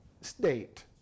state